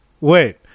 wait